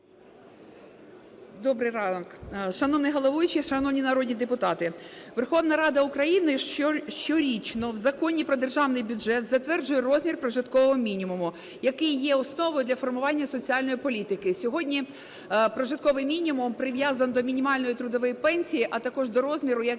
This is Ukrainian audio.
Добрий ранок! Шановний головуючий, шановні народні депутати! Верховна Рада України щорічно в Законі Про Державний бюджет затверджує розмір прожиткового мінімуму, який є основою для формування соціальної політики. Сьогодні прожитковий мінімум прив'язаний до мінімальної трудової пенсії, а також до розміру,